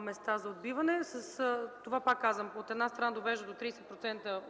места за отбиване. Пак казвам, от една страна, това довежда до 30%